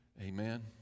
Amen